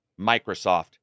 microsoft